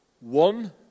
One